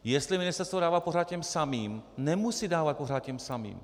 Jestli ministerstvo dává pořád těm samým, nemusí dávat pořád těm samým.